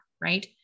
Right